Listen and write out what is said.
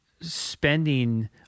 spending